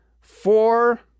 four